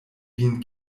vin